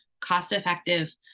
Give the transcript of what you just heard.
cost-effective